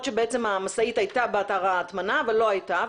שבעצם המשאית הייתה באתר ההטמנה אבל לא הייתה,